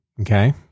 okay